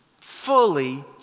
fully